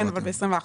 אבל ב-2021.